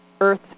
earth